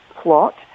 plot